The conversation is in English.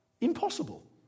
Impossible